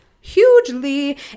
hugely